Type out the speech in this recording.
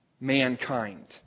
mankind